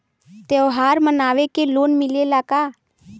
त्योहार मनावे के लोन मिलेला का?